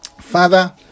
Father